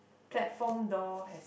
platform door has